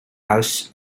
house